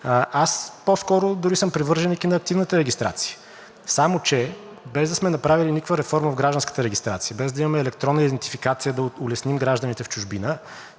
Аз по-скоро дори съм привърженик и на активната регистрация, само че без да сме направили никаква реформа в гражданската регистрация, без да имаме електронна идентификация, за да улесним гражданите в чужбина,